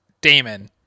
Damon